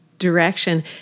direction